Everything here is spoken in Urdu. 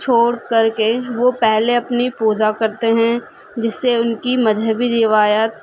چھوڑ کر کے وہ پہلے اپنی پوجا کرتے ہیں جس سے ان کی مذہبی روایات کا